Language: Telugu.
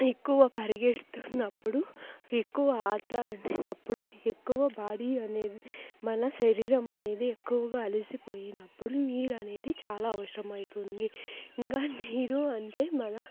ఎక్కువ పరిగెడుతున్నప్పుడు ఎక్కువ ఆట్లాడినప్పుడు ఎక్కువ బాడీ అనేది మన శరీరం అనేది ఎక్కువగా అలసిపోయినప్పుడు నీరు అనేది చాలా అవసరం అవుతుంది ఇంకా నీరు అంటే మన